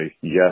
yes